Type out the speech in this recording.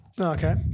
Okay